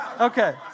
Okay